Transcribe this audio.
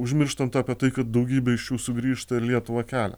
užmirštant apie tai kad daugybė iš jų sugrįžta ir lietuvą kelia